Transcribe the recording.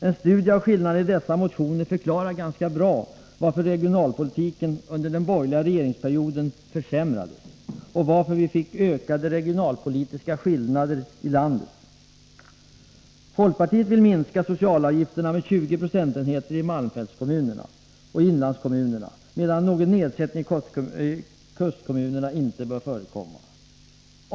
En studie av skillnaderna i dessa motioner förklarar ganska bra varför regionalpolitiken under den borgerliga regeringsperioden försämrades och varför vi fick ökade regionalpolitiska skillnader i landet. Folkpartiet vill minska socialavgifterna med 20 procentenheter i malmfältskommunerna och i inlandskommunerna, medan någon nedsättning i kustkommunerna inte bör förekomma.